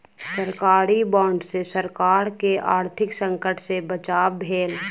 सरकारी बांड सॅ सरकार के आर्थिक संकट सॅ बचाव भेल